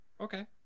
Okay